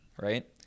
right